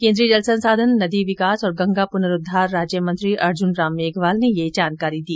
केंद्रीय जलसंसाधन नदी विकास और गंगा पुनरोद्वार राज्यमंत्री अर्जुनराम मेघवाल ने ये जानकारी दी